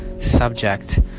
subject